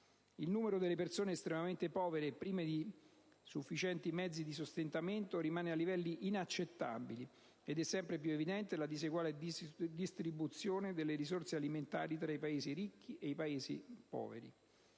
Il numero delle persone estremamente povere e prive di sufficienti mezzi di sostentamento rimane a livelli inaccettabili ed è sempre più evidente la diseguale distribuzione delle risorse alimentari tra Paesi ricchi e Paesi poveri.